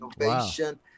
innovation